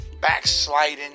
backsliding